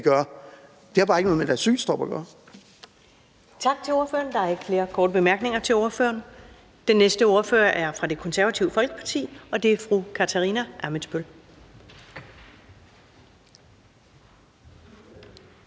gør; det har bare ikke noget med et asylstop at gøre.